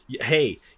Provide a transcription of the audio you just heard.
Hey